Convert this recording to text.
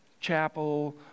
chapel